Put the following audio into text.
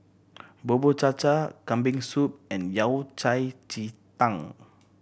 Bubur Cha Cha Kambing Soup and Yao Cai ji tang